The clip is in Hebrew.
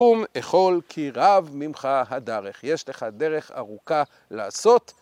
‫קום אכול כי רב ממך הדרך. ‫יש לך דרך ארוכה לעשות.